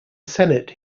senate